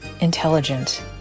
intelligent